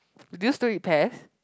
do you still eat pears